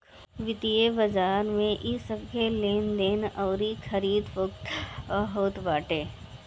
वित्तीय बाजार में इ सबके लेनदेन अउरी खरीद फोक्त होत बाटे